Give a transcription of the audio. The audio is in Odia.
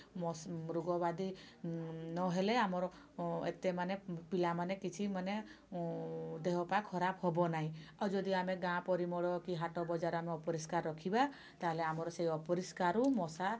ମଶ୍ ରୁଗ ବ୍ୟାଧି ନହେଲେ ଆମର ଏତେ ମାନେ ପିଲା ମାନେ କିଛି ମାନେ ଦେହ ପାଆ ଖରାପ ହେବ ନାହିଁ ଆଉ ଆମେ ଯଦି ଗାଁ ପରିମଳ କି ହାଟ ବଜାର ଆମେ ଅପରିଷ୍କାର ରଖିବା ତାହେଲେ ଆମର ସେ ଅପରିଷ୍କାରରୁ ମଶା